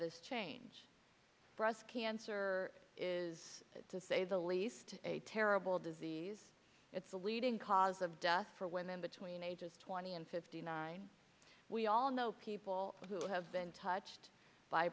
this change breast cancer is to say the least a terrible disease it's the leading cause of death for women between ages twenty and fifty nine we all know people who have been touched by